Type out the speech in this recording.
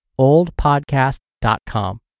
oldpodcast.com